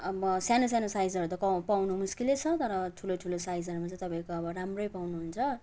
अब सानो सानो साइजहरू त क पाउन मुस्किलै छ तर ठुलो ठुलो साइजहरूमा चाहिँ तपाईँको अब राम्रै पाउनुहुन्छ